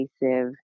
invasive